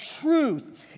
truth